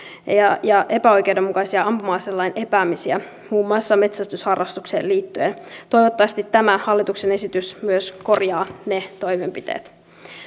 ja ja epäoikeudenmukaisia ampuma aseluvan epäämisiä muun muassa metsästysharrastukseen liittyen toivottavasti tämä hallituksen esitys myös korjaa ne toimenpiteet